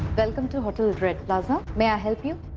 welcome to hotel red plaza. may i help you?